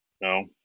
No